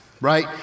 right